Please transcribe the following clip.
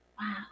wow